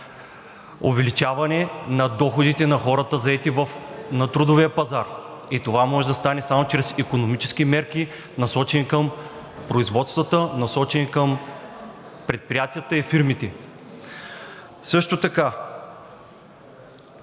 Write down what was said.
увеличаване на доходите на хората, заети на трудовия пазар. И това може да стане само чрез икономически мерки, насочени към производствата, насочени към предприятията и фирмите. Също така